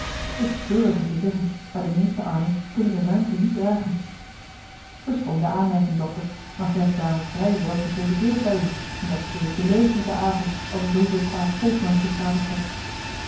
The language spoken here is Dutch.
t is treurig om te zeggen maar de meeste armen kunnen de ruimte niet dragen verschoon de aanmerking dokter maar gij hebt daar eene vrjj wel gevulde beurs bij u en dat's periculeus met den avond als er zooveel kwaad volk langs de straten trekt